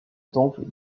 temple